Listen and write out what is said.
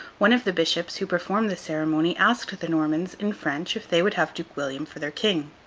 one of the bishops who performed the ceremony asked the normans, in french, if they would have duke william for their king?